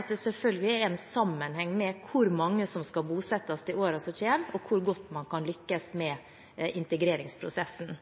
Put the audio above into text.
det selvfølgelig er en sammenheng mellom hvor mange som skal bosettes i årene som kommer, og hvor godt man kan lykkes med integreringsprosessen.